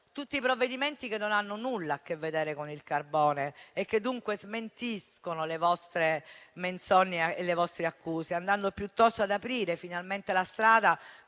tutti provvedimenti che non hanno nulla a che vedere con il carbone e che dunque smentiscono le vostre menzogne e accuse, andando piuttosto ad aprire finalmente la strada